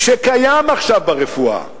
שקיים עכשיו ברפואה,